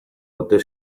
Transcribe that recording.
ote